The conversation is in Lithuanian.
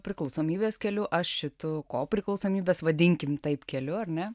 priklausomybės keliu aš šitu ko priklausomybės vadinkim taip keliu ar ne